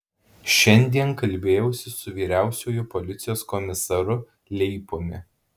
šiandien kalbėjausi su vyriausiuoju policijos komisaru leipumi